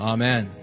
Amen